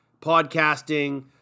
podcasting